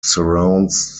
surrounds